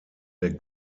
der